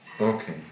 Okay